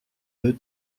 deux